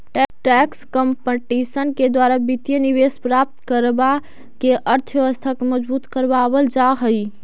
tax competition के द्वारा वित्तीय निवेश प्राप्त करवा के अर्थव्यवस्था के मजबूत करवा वल जा हई